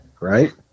right